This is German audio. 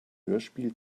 hörspiel